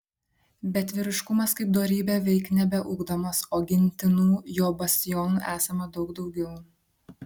bet vyriškumas kaip dorybė veik nebeugdomas o gintinų jo bastionų esama daug daugiau